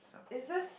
is this